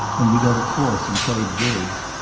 and we got a fourth and played bridge.